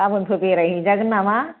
गाबोनफोर बेरायहैजागोन नामा